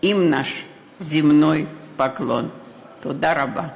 אנו משתחווים לכבודכם.) תודה רבה.